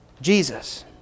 Jesus